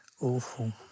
Awful